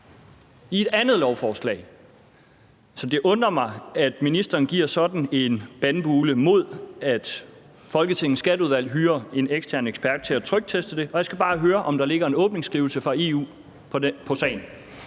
et andet lovforslag. Så det undrer mig, at ministeren giver sådan en bandbulle over, at Folketingets Skatteudvalg hyrer en ekstern ekspert til at trykteste det. Og jeg skal bare høre, om der ligger en åbningsskrivelse fra EU på sagen.